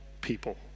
people